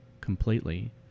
completely